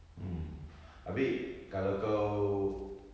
mm habis kalau kau